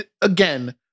again